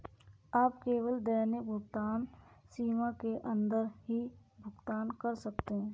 आप केवल दैनिक भुगतान सीमा के अंदर ही भुगतान कर सकते है